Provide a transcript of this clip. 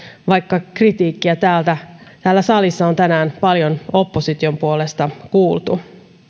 vaikka kritiikkiä täällä salissa on tänään paljon opposition puolelta kuultu